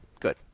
good